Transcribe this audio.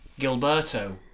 Gilberto